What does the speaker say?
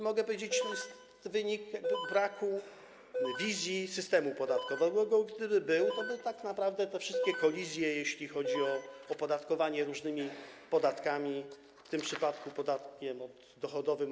Mogę powiedzieć, że to jest wynik braku wizji systemu podatkowego, bo gdyby była, toby tak naprawdę te wszystkie kolizje, jeśli chodzi o opodatkowanie różnymi podatkami, w tym przypadku podatkiem dochodowym.